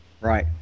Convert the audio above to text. Right